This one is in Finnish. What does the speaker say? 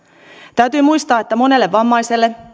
täytyy muistaa että monelle vammaiselle